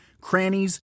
crannies